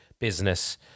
business